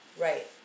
Right